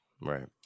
right